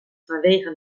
vanwege